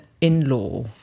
in-law